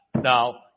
now